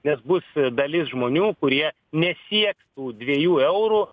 nes bus dalis žmonių kurie ne sieks tų dviejų eurų